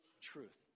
truth